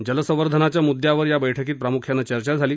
जलसंवर्धनाच्या मुद्यावर या बैठकीत प्रामुख्यानं चर्चा झाली